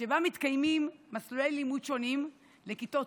שבה מתקיימים מסלולי לימוד שונים לכיתות